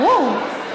ברור.